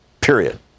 period